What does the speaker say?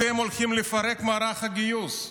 אתם הולכים לפרק את מערך הגיוס.